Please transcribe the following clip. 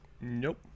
nope